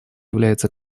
является